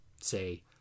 say